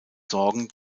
sorgen